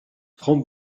trente